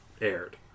aired